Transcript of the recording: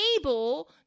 able